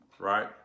right